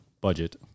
budget